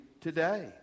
today